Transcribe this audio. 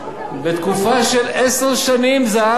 רשות המסים, בתקופה של עשר שנים, זהבה.